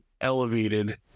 Elevated